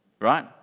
Right